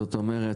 זאת אומרת,